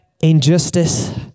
injustice